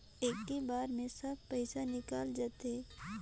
इक्की बार मे सब पइसा निकल जाते?